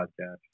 podcast